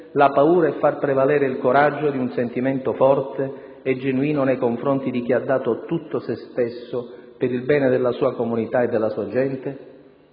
la paura e far prevalere il coraggio di un sentimento forte e genuino nei confronti di chi ha dato tutto se stesso per il bene della sua comunità e della sua gente?